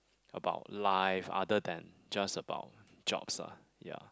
about life other than just about jobs ah ya